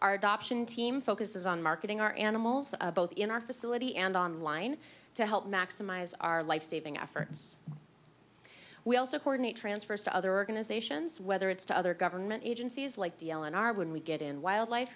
our adoption team focuses on marketing our animals of both in our facility and on line to help maximize our lifesaving efforts we also courtenay transfers to other organizations whether it's to other government agencies like the ellen are when we get in wildlife